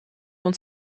uns